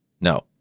No